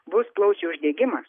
bus plaučių uždegimas